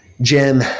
Jim –